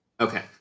Okay